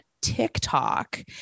TikTok